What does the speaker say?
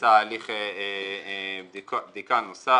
נעשה הליך בדיקה נוסף